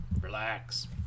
relax